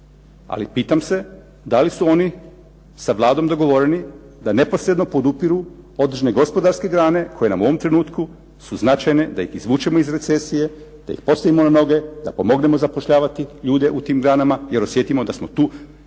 ali pitam se da li su oni sa Vladom dogovoreni da neposredno podupiru određene gospodarske grane koje nam u ovom trenutku su značajne da ih izvučemo iz recesije, da ih postavimo na noge, da pomognemo zapošljavati ljude u tim granama jer osjetimo da tu imamo